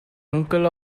uncle